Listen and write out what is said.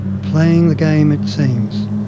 playing the game, it seems,